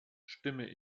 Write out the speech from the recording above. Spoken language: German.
stimme